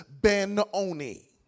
Ben-Oni